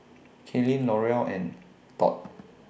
Kathlene Laurel and Tod